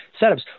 setups